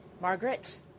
Margaret